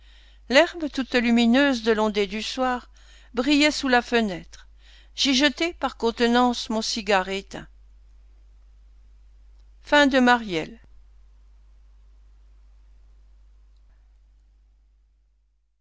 l'herbe toute lumineuse de l'ondée du soir brillait sous la fenêtre j'y jetai par contenance mon cigare éteint